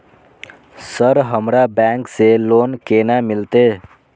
Sir हमरा bank से loan केना मिलते?